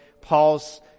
Paul's